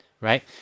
Right